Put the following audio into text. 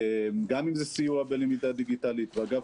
גם אם זה סיוע בלמידה דיגיטלית - ואגב,